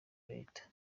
leta